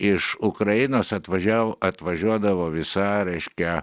iš ukrainos atvažiavo atvažiuodavo visa reiškia